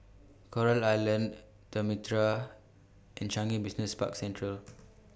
Coral Island The Mitraa and Changi Business Park Central